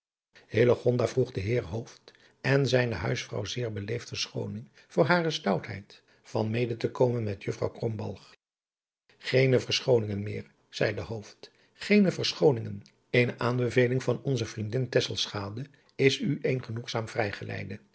vroeg den heer hooft en zijne huisvrouw zeer beleefd verschooning voor hare stoutheid van mede te komen met juffrouw krombalg geene verschooningen meer zeide hooft geene verschooningen eene aanbeveling van onze vriendin tesselschade is u een genoegzaam vrijgeleide